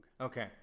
Okay